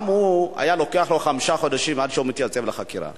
גם היה לוקח לו חמישה חודשים עד שהוא מתייצב לחקירה?